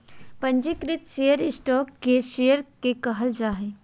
पंजीकृत share stock के share के कहल जा हइ